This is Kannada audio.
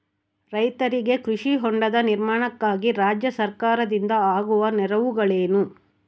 ರೈತರಿಗೆ ಕೃಷಿ ಹೊಂಡದ ನಿರ್ಮಾಣಕ್ಕಾಗಿ ರಾಜ್ಯ ಸರ್ಕಾರದಿಂದ ಆಗುವ ನೆರವುಗಳೇನು?